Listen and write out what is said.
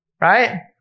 right